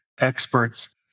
experts